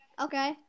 okay